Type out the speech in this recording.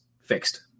fixed